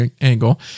angle